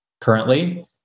currently